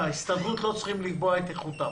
ההסתדרות לא צריכה לקבוע את איכותם.